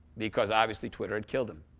because obviously, twitter had killed him.